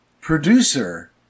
producer